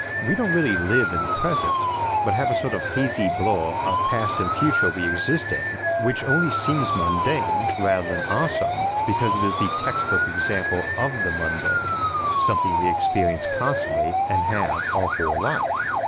we don't really live in the present but have a sort of hazy blur of past and future we exist in which only seems mundane rather than awesome because it is the textbook example of the mundane something we experience constantly and have our whole life.